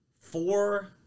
four